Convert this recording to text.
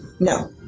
No